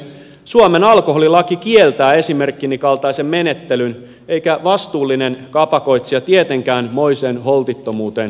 suomen alkoholilaki kieltää esimerkkini kaltaisen menettelyn eikä vastuullinen kapakoitsija tietenkään moiseen holtittomuuteen syyllistyisi